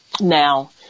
Now